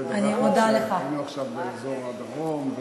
היינו עכשיו באזור הדרום,